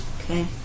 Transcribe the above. Okay